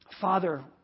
Father